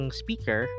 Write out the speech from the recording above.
speaker